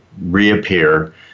reappear